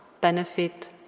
benefit